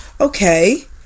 Okay